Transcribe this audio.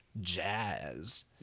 jazz